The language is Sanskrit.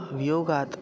वियोगात्